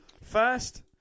First